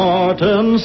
Martin